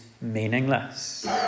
meaningless